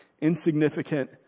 insignificant